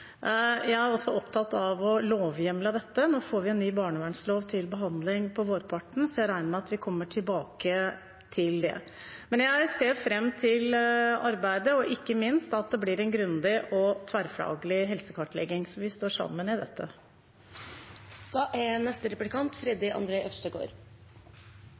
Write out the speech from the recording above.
Jeg er også opptatt av å lovhjemle dette. Vi får en ny barnevernslov til behandling på vårparten, så jeg regner med at vi kommer tilbake til det. Jeg ser fram til arbeidet og ikke minst til at det blir en grundig og tverrfaglig helsekartlegging. Så vi står sammen i dette.